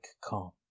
calm